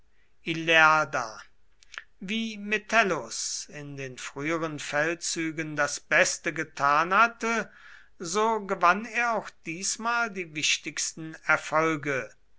wie metellus in den früheren feldzügen das beste getan hatte so gewann er auch diesmal die wichtigsten erfolge